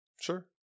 Sure